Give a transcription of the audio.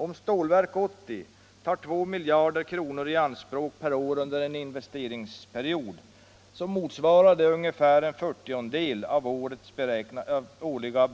Om Stålverk 80 tar 2 miljarder kronor i anspråk per år under investeringstiden, så motsvarar det ungefär en fyrtiondedel av beräknade årliga